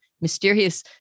mysterious